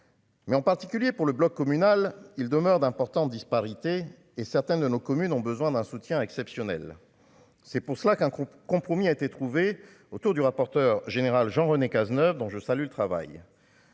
Mais en particulier pour le bloc communal, il demeure d'importantes disparités et certains de nos communes ont besoin d'un soutien exceptionnel, c'est pour cela qu'un groupe compromis a été trouvé. Autour du rapporteur général Jean-René Cazeneuve, dont je salue le travail.